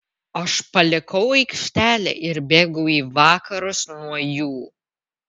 aš palikau aikštelę ir bėgau į vakarus nuo jų